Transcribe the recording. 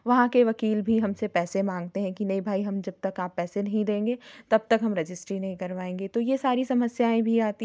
वहाँ के वकील भी हमसे पैसे मांगते हैं कि नहीं भाई जब तक आप पैसे नहीं देंगे तब तक हम रजिस्ट्री नहीं करवाएंगे तो ये सारी समस्याएँ भी आती हैं